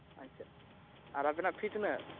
ᱟᱪᱪᱷᱟ ᱟᱨ ᱟᱵᱮᱱᱟᱜ ᱯᱷᱤ ᱛᱤᱱᱟᱹᱜ